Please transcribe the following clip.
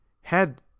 head